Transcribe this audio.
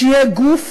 שיהיה גוף